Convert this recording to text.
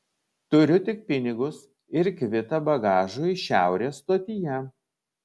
turiu tik pinigus ir kvitą bagažui šiaurės stotyje